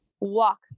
walk